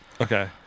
Okay